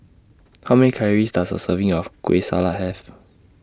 How Many Calories Does A Serving of Kueh Salat Have